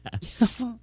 Yes